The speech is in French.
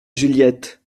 juliette